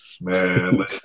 man